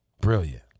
Brilliant